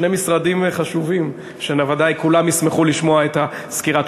שני משרדים חשובים שבוודאי כולם ישמחו לשמוע את הסקירה עליהם.